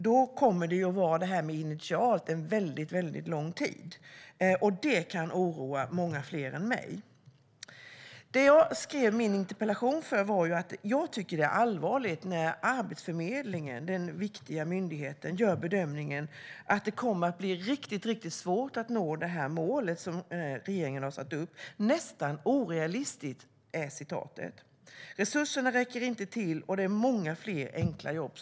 Då kommer "initialt" att innebära en väldigt lång tid, och det kan oroa många fler än mig. Jag skrev min interpellation för att jag tycker att det är allvarligt när den viktiga myndigheten Arbetsförmedlingen gör bedömningen att det kommer att bli riktigt svårt, "nästan orealistiskt", att nå det mål regeringen har satt upp. Resurserna räcker inte till, och det krävs många fler enkla jobb.